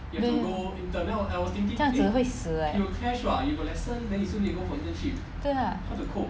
这样子会死 leh 对 lah